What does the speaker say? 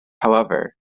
however